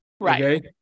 Right